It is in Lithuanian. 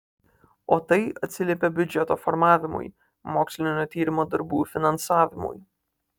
o tai atsiliepia biudžeto formavimui mokslinio tyrimo darbų finansavimui